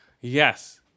Yes